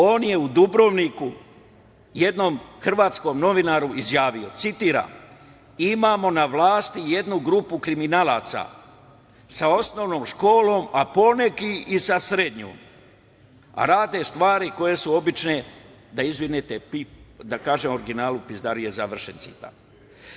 On je u Dubrovniku jednom hrvatskom novinaru izjavio, citiram - imamo na vlasti jednu grupu kriminalaca sa osnovnom školom, a poneki i sa srednjom, a rade stvari koje su obične, da kažem u originalu, pizdarije, završen citat.